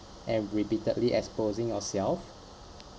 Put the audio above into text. and repeatedly exposing yourself